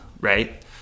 right